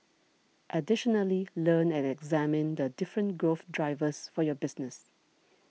additionally learn and examine the different growth drivers for your business